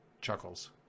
chuckles